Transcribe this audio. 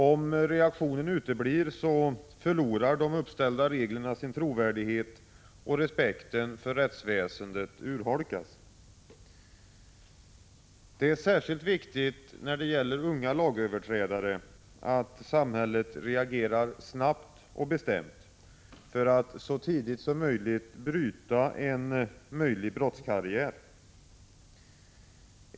Om reaktionen uteblir förlorar de uppställda reglerna sin trovärdighet, och respekten för rättsväsendet urholkas. Det är särskilt viktigt när det gäller unga lagöverträdare att samhället reagerar snabbt och bestämt för att så tidigt som möjligt bryta en brottskarriär.